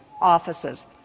offices